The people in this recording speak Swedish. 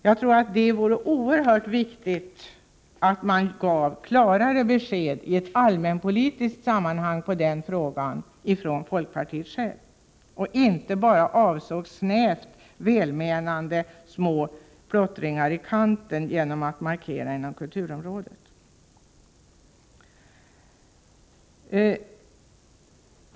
Jag tror att det vore oerhört viktigt att folkpartiet gav klarare besked i den frågan i ett allmänpolitiskt sammanhang och inte bara avsåg snävt välmenande små plottringar i kanten för att markera inom kulturområdet.